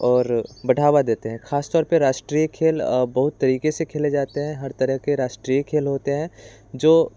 और बढ़ावा देते हैं ख़ासतौर पर राष्ट्रीय खेल बहुत तरीक़े से खेले जाते हैं हर तरह के राष्ट्रीय खेल होते हैं जो